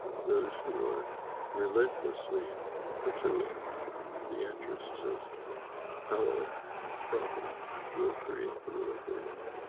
those who are relentlessly pursuing the interests of power and profit will create the world they want.